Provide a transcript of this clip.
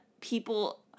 people